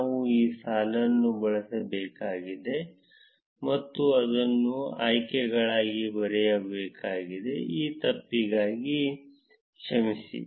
ನಾವು ಈ ಸಾಲನ್ನು ಬದಲಾಯಿಸಬೇಕಾಗಿದೆ ಮತ್ತು ಅದನ್ನು ಆಯ್ಕೆಗಳಾಗಿ ಬರೆಯಬೇಕಾಗಿದೆ ಈ ತಪ್ಪಿಗಾಗಿ ಕ್ಷಮಿಸಿ